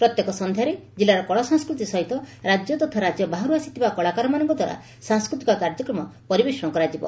ପ୍ରତ୍ୟେକ ସନ୍ଧ୍ୟାରେ ଜିଲାର କଳା ସଂସ୍କୃତି ସହିତ ରାଜ୍ୟ ତଥା ରାଜ୍ୟ ବାହାରୁ ଆସିଥିବା କଳାକାର ମାନଙ୍ଙ ଦ୍ୱାରା ସାଂସ୍କୃତିକ କାର୍ଯ୍ୟକ୍ରମ ପରିବେଷଣ କରାଯିବ